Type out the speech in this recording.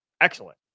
excellent